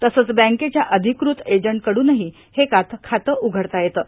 तसंच बँकेच्या अधिकृत एजन्टकडूनही हे खातं उघडता येतं